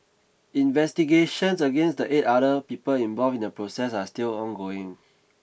investigations against the eight other people involved in the protest are still ongoing